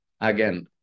again